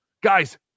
Guys